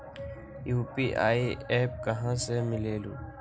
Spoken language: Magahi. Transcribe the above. यू.पी.आई एप्प कहा से मिलेलु?